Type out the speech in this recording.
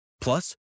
Plus